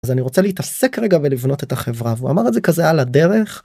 אז אני רוצה להתעסק רגע ולבנות את החברה והוא אמר את זה כזה על הדרך.